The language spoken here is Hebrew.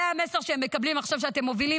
זה המסר שהם מקבלים עכשיו כשאתם מובילים